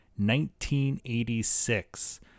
1986